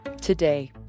Today